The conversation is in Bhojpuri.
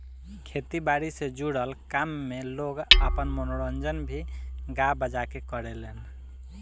खेती बारी से जुड़ल काम में लोग आपन मनोरंजन भी गा बजा के करेलेन